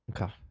Okay